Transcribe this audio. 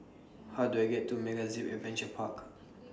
How Do I get to MegaZip Adventure Park